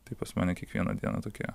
tai pas mane kiekvieną dieną tokia